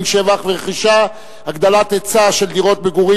(שבח ורכישה) (הגדלת ההיצע של דירות מגורים,